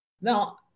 Now